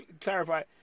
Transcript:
clarify